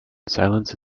silence